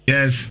Yes